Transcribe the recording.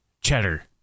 Cheddar